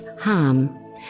harm